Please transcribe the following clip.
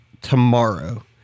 tomorrow